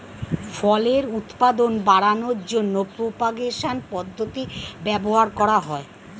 ফলের উৎপাদন বাড়ানোর জন্য প্রোপাগেশন পদ্ধতি ব্যবহার করা হয়